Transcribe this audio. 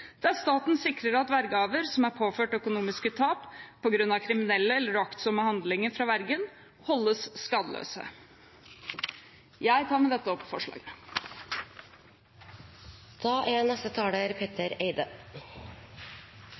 der staten sikrer at vergehavere som er påført økonomisk tap på grunn av kriminelle eller uaktsomme handlinger fra vergen, holdes skadesløse.» Jeg anbefaler med dette